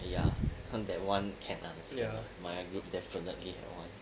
ya that [one] can understand ah my group definitely had one